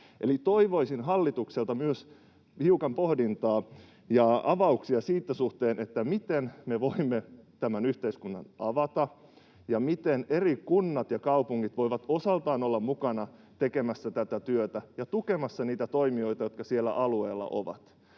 toivoisin hallitukselta myös hiukan pohdintaa ja avauksia sen suhteen, miten me voimme tämän yhteiskunnan avata ja miten eri kunnat ja kaupungit voivat osaltaan olla mukana tekemässä tätä työtä ja tukemassa niitä toimijoita, jotka siellä alueilla ovat.